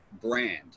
brand